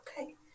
okay